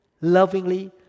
lovingly